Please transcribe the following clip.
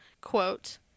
quote